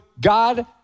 God